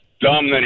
dumb